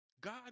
God